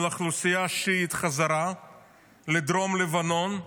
של אוכלוסייה שיעית חזרה לדרום לבנון,